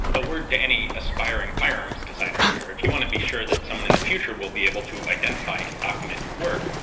a word to any aspiring firearms designers here. if you want to be sure that someone in the future will be able to identify and document your work,